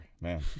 man